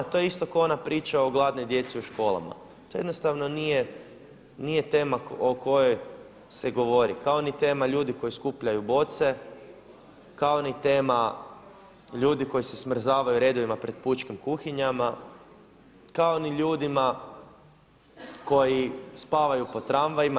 To je isto kao ona priča o gladnoj djeci u školama, to jednostavno nije tema o kojoj se govori kao ni tema ljudi koji skupljaju boce, kao ni tema ljudi koji se smrzavaju u redovima pred pučkim kuhinjama, kao ni ljudima koji spavaju po tramvajima.